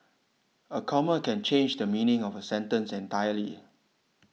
a comma can change the meaning of a sentence entirely